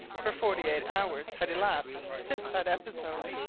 for forty-eight hours had elapsed since that episode,